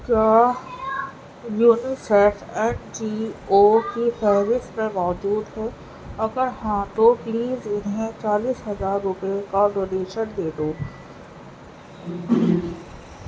کیا UNICEF N G O کی فہرست میں موجود ہے اگر ہاں تو پلیز انہیں چالیس ہزار روپئے کا ڈونیشن دے دو